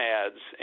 ads